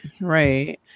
right